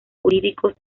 jurídicos